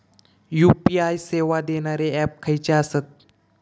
UPI सेवा देणारे app खयचे आसत?